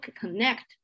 connect